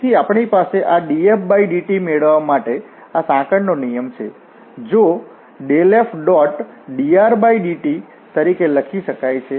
તેથી અમારી પાસે આ dfdt મેળવવા માટે આ સાંકળનો નિયમ છે જે ∇f⋅drdt તરીકે લખી શકાય છે